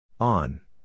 On